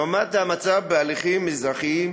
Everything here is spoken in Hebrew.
לעומת המצב בהליכים האזרחיים,